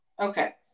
Okay